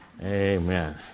Amen